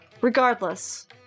Regardless